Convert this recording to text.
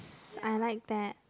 I like that